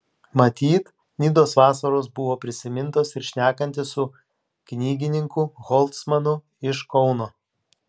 matyt nidos vasaros buvo prisimintos ir šnekantis su knygininku holcmanu iš kauno